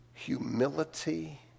Humility